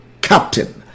captain